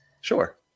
Sure